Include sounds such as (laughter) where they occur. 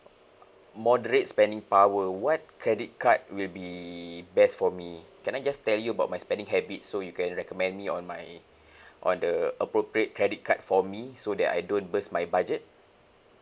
moderate spending power what credit card will be best for me can I just tell you about my spending habits so you can recommend me on my (breath) on the appropriate credit card for me so that I don't burst my budget